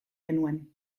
genuen